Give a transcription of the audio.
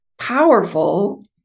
powerful